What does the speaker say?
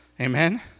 Amen